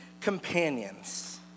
companions